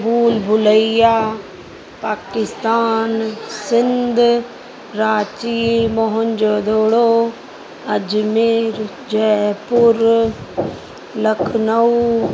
भुल Bhulaiya Pakistan Sindh Ranchi Mohenjodaro Ajmer Jaipur Lucknow